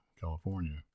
California